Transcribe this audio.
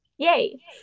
Yay